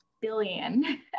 billion